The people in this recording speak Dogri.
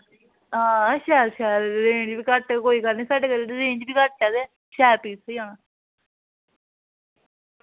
हां शैल शैल रेंज बी घट्ट कोई गल्ल निं साढ़े कोल रेंज बी घट्ट ऐ ते शैल पीस थ्होई जाना